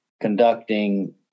conducting